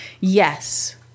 yes